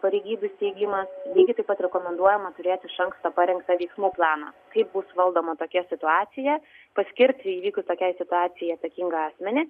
pareigybių steigimas lygiai taip pat rekomenduojama turėti iš anksto parengtą veiksmų planą kaip bus valdoma tokia situacija paskirti įvykus tokiai situacijai atsakingą asmenį